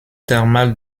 thermale